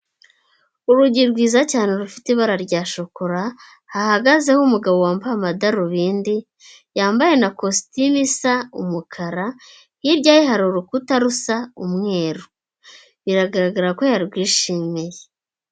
Urugi rwiza cyane rufite ibara rya shokora, hahagazeho umugabo wambaye amadarubindi, yambaye na kositimu isa umukara, hirya ye hari urukuta rusa umweru. Biragaragara ko yarwishimiye.